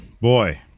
boy